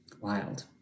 Wild